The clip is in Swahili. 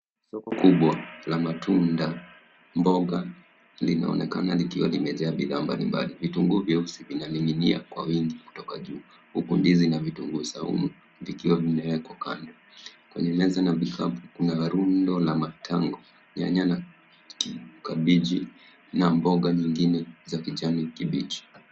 Soko kubwa la matunda, mboga, linaonekana likiwa limejaa bidhaa mbali mbali. Vitunguu vyeusi vinaning'inia kwa wingi kutoka juu, huku ndizi na vitunguu saumu vikiwa vimeekwa kando. Kwenye meza na vikapu kuna marundo la mtango, nyanya na kabeji na mboga nyingine za kijani kibichi.